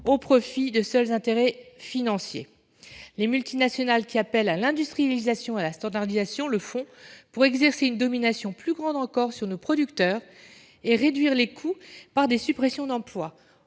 au profit de seuls intérêts financiers. Les multinationales qui appellent à l'industrialisation et à la standardisation le font pour exercer une domination plus grande encore sur nos producteurs et réduire les coûts par des suppressions d'emplois.